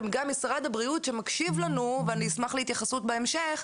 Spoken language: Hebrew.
גם משרד הבריאות שמקשיב לנו ואני אשמח להתייחסות בהמשך,